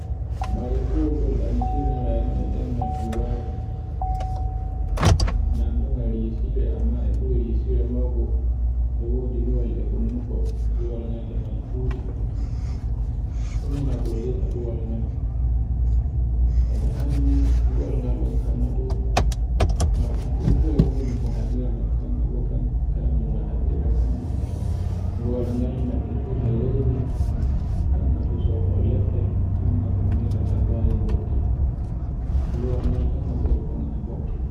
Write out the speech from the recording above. Mare fuwwel kol e annditire e ɗengal tubako, nanndugal risire e amma e buri resire maugu e wodi luwal e honduko, luwalngal e ngal juti, ummigal ngol lirra luwal ngal. E ɗe anndi noi luwal ngal ɗon kangadu marefu e wodi ko habirra kanjun ga habirra kanjun luwal ngal nga irrtita leydi, kanga to soffol leɗɗe, kannga honnirta dabbaje goɗɗi, luwalngal ton ga wodi nga haburto.